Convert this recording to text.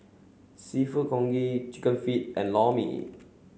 seafood congee chicken feet and Lor Mee